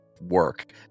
work